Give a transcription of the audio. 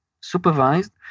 supervised